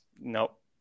Nope